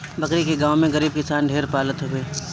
बकरी के गांव में गरीब किसान ढेर पालत हवे